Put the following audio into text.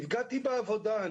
נפגעתי בעבודה.